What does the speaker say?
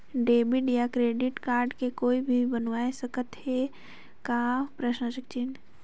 Debit या credit card के कोई भी बनवाय सकत है का?